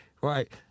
right